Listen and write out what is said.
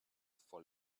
voll